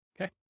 Okay